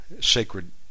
sacred